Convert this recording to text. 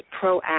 proactive